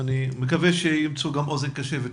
אני מקווה שהם ימצאו גם אוזן קשבת.